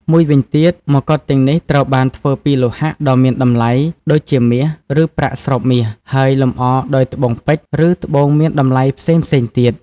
មួយវិញទៀតមកុដទាំងនេះត្រូវបានធ្វើពីលោហៈដ៏មានតម្លៃ ដូចជាមាស ឬប្រាក់ស្រោបមាស ហើយលម្អដោយត្បូងពេជ្រ ឬត្បូងមានតម្លៃផ្សេងៗទៀត។